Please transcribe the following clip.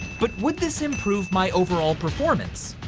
but would this improves my overall performance?